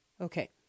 Okay